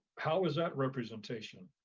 how is that representation?